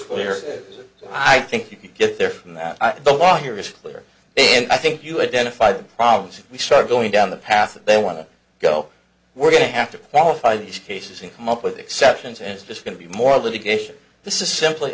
clear i think you can get there from that the law here is clear and i think you identify the problems if we start going down the path they want to go we're going to have to qualify these cases and come up with exceptions and it's just going to be more litigation this is simply